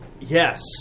Yes